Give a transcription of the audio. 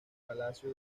palacio